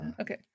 Okay